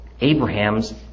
Abraham's